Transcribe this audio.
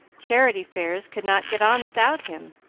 charity fairs could not get on without him,